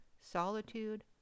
solitude